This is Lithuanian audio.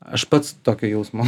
aš pats tokio jausmo